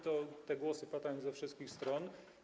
Te głosy padają ze wszystkich stron.